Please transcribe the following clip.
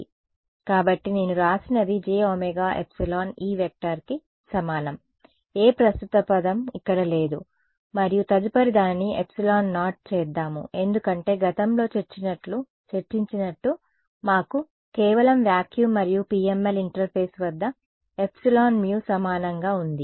కాబట్టి నేను వ్రాసినది jωεE కి సమానం ఏ ప్రస్తుత పదం ఇక్కడ లేదు మరియు తదుపరి దానిని ε0 చేద్దాము ఎందుకంటే గతంలో చర్చించినట్టు మాకు కేవలం వాక్యూమ్ మరియు PML ఇంటర్ఫేస్ వద్ద ఎప్సిలాన్మ్యు Epsilon mu సమానంగా ఉంది